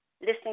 listening